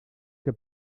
que